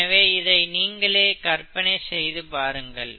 எனவே இதை நீங்களே கற்பனை செய்து பாருங்கள்